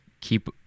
keep